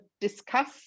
discuss